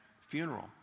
funeral